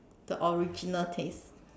the original taste